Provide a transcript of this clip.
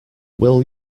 will